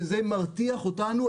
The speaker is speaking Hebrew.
וזה מרתיח אותנו,